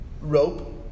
rope